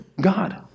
God